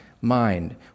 mind